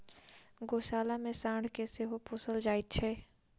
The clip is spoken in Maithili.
गोशाला मे साँढ़ के सेहो पोसल जाइत छै